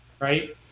Right